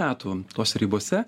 metų tose ribose